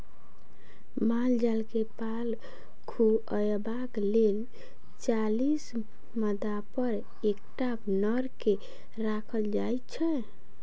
माल जाल के पाल खुअयबाक लेल चालीस मादापर एकटा नर के राखल जाइत छै